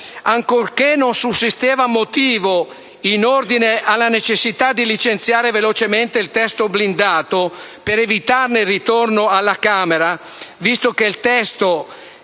Ancorché non sussisteva motivo in ordine alla necessità di licenziare velocemente il provvedimento blindato per evitarne il ritorno alla Camera, visto che il testo